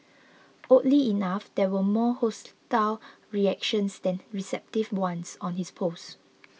oddly enough there were more hostile reactions than receptive ones on his post